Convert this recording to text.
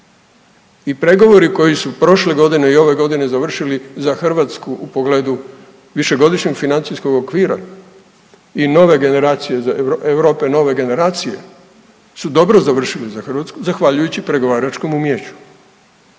I pregovori koji su prošle godine i ove godine završili za Hrvatsku u pogledu višegodišnjeg financijskog okvira i Nove generacije, Europe nove generacije su dobro završili za Hrvatsku zahvaljujući pregovaračkom umijeću